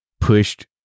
pushed